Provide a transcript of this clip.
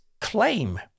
claim